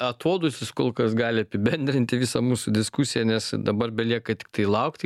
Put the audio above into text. atodūsis kol kas gali apibendrinti visą mūsų diskusiją nes dabar belieka tiktai laukti